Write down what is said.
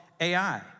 Ai